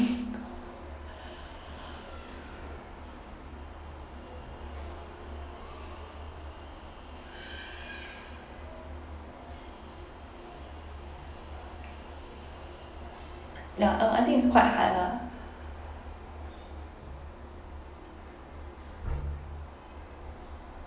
ya um I think is quite hard lah